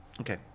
Okay